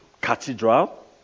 Cathedral